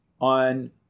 on